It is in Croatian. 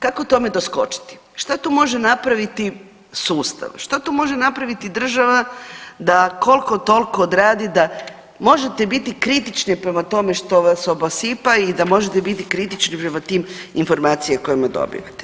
Kako tome doskočiti, šta tu može napraviti sustav, šta tu može napraviti država da kolko tolko odradi da možete biti kritični prema tome što vas obasipa i da možete biti kritični prema tim informacijama koje dobivate.